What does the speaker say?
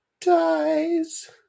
Dies